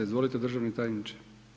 Izvolite državni tajniče.